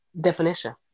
definition